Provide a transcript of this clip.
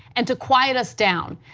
and to quiet us down.